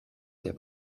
der